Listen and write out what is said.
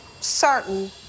certain